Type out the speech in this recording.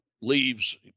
leaves